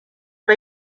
fra